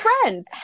friends